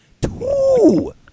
two